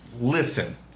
listen